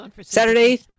saturday